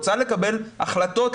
רוצה לקבל החלטות,